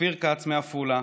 אופיר כץ מעפולה,